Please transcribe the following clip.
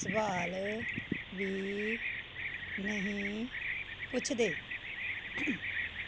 ਸਵਾਲ ਵੀ ਨਹੀਂ ਪੁੱਛਦੇ